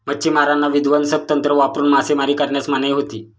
मच्छिमारांना विध्वंसक तंत्र वापरून मासेमारी करण्यास मनाई होती